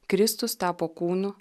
kristus tapo kūnu